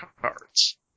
cards